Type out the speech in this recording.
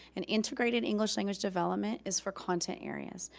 and integrated english language development is for content areas,